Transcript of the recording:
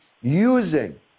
using